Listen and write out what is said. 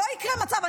לא יקרה מצב.